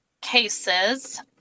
cases